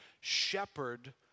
shepherd